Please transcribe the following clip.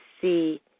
see